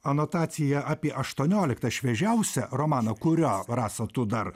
anotaciją apie aštuonioliktą šviežiausią romaną kurio rasa tu dar